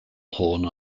horn